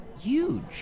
huge